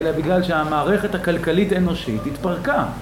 אלא בגלל שהמערכת הכלכלית אנושית התפרקה